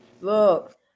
Look